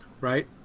Right